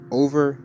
over